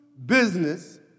business